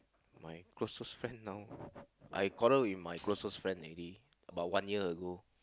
my closest friend now I quarrel with my closest friend already about one year ago